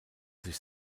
sich